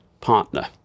partner